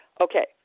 okay